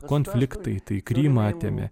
konfliktai tai krymą atėmė